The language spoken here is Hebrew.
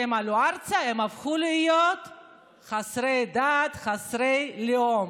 כשהם עלו ארצה הם הפכו להיות חסרי דת, חסרי לאום,